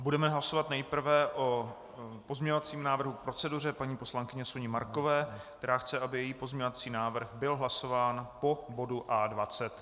Budeme hlasovat nejprve o pozměňovacím návrhu k proceduře paní poslankyně Markové, která chce, aby její pozměňovací návrh byl hlasován po bodu A20.